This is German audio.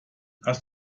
hast